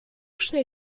schnell